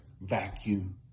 vacuum